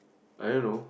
I don't know